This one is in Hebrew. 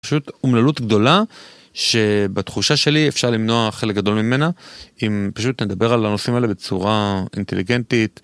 פשוט אומללות גדולה שבתחושה שלי אפשר למנוע חלק גדול ממנה אם פשוט נדבר על הנושאים האלה בצורה אינטליגנטית.